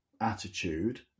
attitude